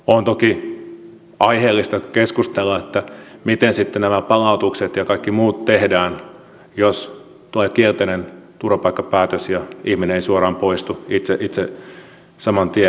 on toki aiheellista keskustella siitä miten sitten nämä palautukset ja kaikki muut tehdään jos tulee kielteinen turvapaikkapäätös ja ihminen ei suoraan poistu itse saman tien